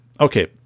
Okay